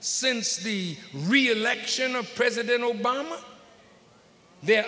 since the reelection of president obama they